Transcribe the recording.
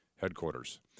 headquarters